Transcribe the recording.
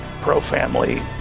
pro-family